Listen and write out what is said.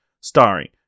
Starring